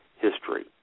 history